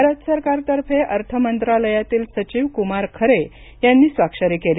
भारत सरकारतर्फे अर्थमंत्रालयातील सचिव कुमार खरे यांनी स्वाक्षरी केली